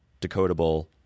decodable